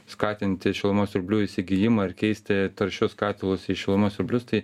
skatinti šilumos siurblių įsigijimą ir keisti taršius katilus į šilumos siurblius tai